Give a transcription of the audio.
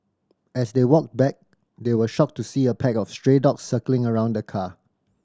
as they walked back they were shocked to see a pack of stray dogs circling around the car